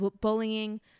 bullying